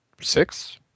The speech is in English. six